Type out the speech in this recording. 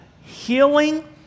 healing